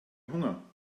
hunger